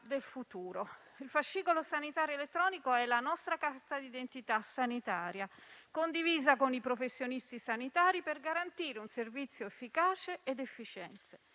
Il fascicolo sanitario elettronico è la nostra carta d'identità sanitaria, condivisa con i professionisti sanitari per garantire un servizio efficace ed efficiente.